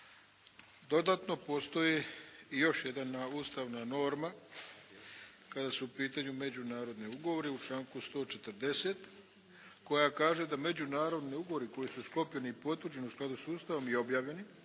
Dodatno postoji još jedna ustavna norma kada su u pitanju međunarodni ugovori, u članku 140. koja kaže da međunarodni ugovori koji su sklopljeni i potvrđeni u skladu sa Ustavom i objavljeni,